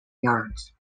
yards